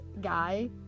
guy